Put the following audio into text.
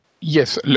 yes